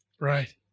Right